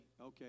okay